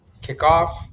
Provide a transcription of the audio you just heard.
kickoff